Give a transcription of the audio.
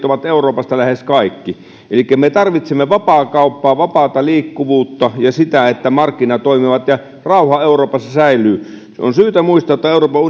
ovat euroopasta lähes kaikki elikkä me tarvitsemme vapaakauppaa vapaata liikkuvuutta ja sitä että markkinat toimivat ja rauha euroopassa säilyy on syytä muistaa että euroopan